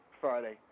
Friday